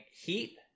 heat